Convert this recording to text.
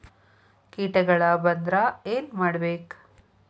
ಕೇಟಗಳ ಬಂದ್ರ ಏನ್ ಮಾಡ್ಬೇಕ್?